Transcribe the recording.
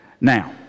now